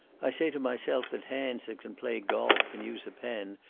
i say to myself that hands that can play golf, and use a pen,